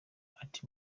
art